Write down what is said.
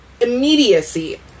immediacy